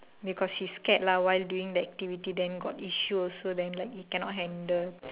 because he's scared lah while doing that activity then got issue also then like he cannot handle